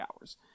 hours